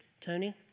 Tony